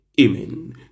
Amen